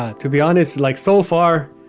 ah to be honest, like so far,